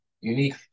unique